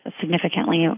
significantly